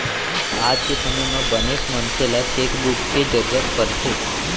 आज के समे म बनेच मनसे ल चेकबूक के जरूरत परथे